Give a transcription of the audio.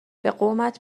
قومت